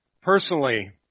personally